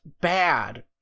bad